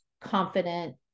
confident